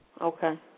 Okay